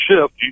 shift